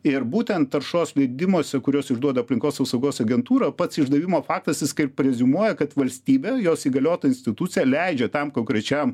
ir būtent taršos leidimuose kuriuos išduoda aplinkos apsaugos agentūra pats išdavimo faktas jis kaip preziumuoja kad valstybė jos įgaliota institucija leidžia tam konkrečiam